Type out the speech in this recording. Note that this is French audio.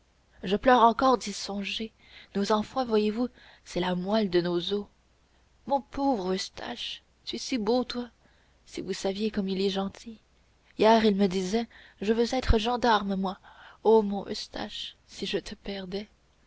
je pleure encore d'y songer nos enfants voyez-vous c'est la moelle de nos os mon pauvre eustache tu es si beau toi si vous saviez comme il est gentil hier il me disait je veux être gendarme moi ô mon eustache si je te perdais